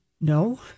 No